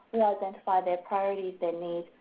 identify their priorities, their needs,